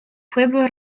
pueblo